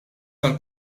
tal